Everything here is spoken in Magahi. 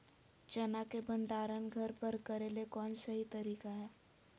चना के भंडारण घर पर करेले कौन सही तरीका है?